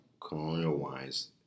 colonial-wise